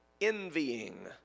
envying